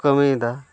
ᱠᱟᱹᱢᱤᱭᱮᱫᱟ